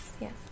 yes